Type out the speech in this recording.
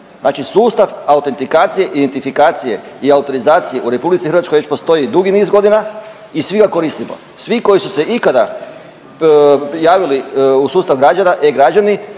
znači sustav autentikacije i identifikacije i autorizacije u RH već postoji dugi niz godina i svi ga koristimo. Svi koji su se ikada javili u sustav građana e-Građani